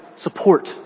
support